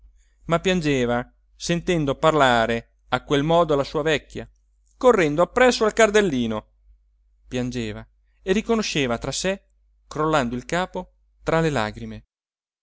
ma piangeva sentendo parlare a quel modo la sua vecchia correndo appresso al cardellino piangeva e riconosceva tra sé crollando il capo tra le lagrime